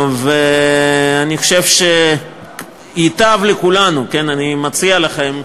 אני חושב שייטב לכולנו, כן, אני מציע לכם,